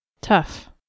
Tough